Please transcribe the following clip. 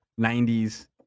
90s